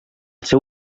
seu